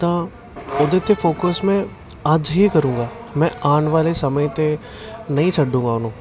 ਤਾਂ ਉਹਦੇ 'ਤੇ ਫੋਕਸ ਮੈਂ ਅੱਜ ਹੀ ਕਰੂੰਗਾ ਮੈਂ ਆਉਣ ਵਾਲੇ ਸਮੇਂ 'ਤੇ ਨਹੀਂ ਛੱਡੂਗਾ ਉਹਨੂੰ